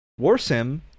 Warsim